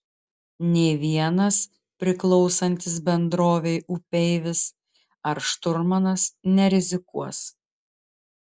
nė vienas priklausantis bendrovei upeivis ar šturmanas nerizikuos